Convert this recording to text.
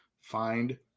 find